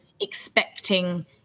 expecting